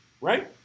right